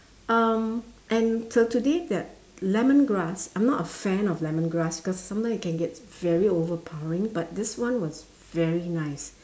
um and till today that lemongrass I'm not a fan of lemongrass cause sometimes it can get very overpowering but this one was very nice